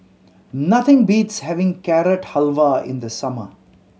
nothing beats having Carrot Halwa in the summer